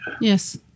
Yes